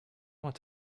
want